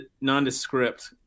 Nondescript